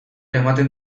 ematen